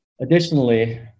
Additionally